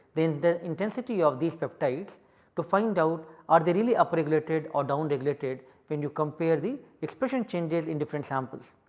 then the intensity of these peptides to find out are they really up regulated or down regulated when you compare the expression changes in different samples.